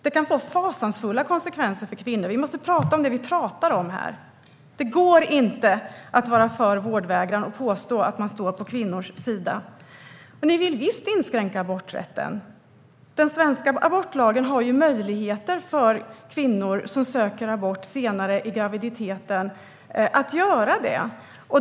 Det kan få fasansfulla konsekvenser för kvinnor. Vi måste tala om det vi talar om här. Det går inte att vara för vårdvägran och påstå att man står på kvinnors sida. Ni vill visst inskränka aborträtten. Den svenska abortlagen har möjligheter för kvinnor som söker abort senare i graviditeten att göra det.